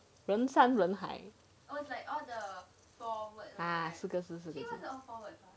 人山人海 ah